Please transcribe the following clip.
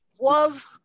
love